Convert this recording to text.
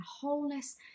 wholeness